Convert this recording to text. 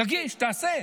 תגיש, תעשה,